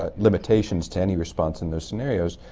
ah limitations to any response in those scenarios.